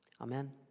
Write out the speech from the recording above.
Amen